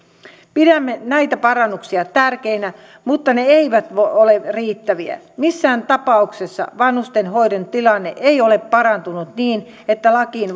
pidämme näitä parannuksia tärkeinä mutta ne eivät ole riittäviä missään tapauksessa vanhustenhoidon tilanne ei ole parantunut niin että lakiin